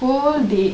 whole day